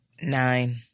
Nine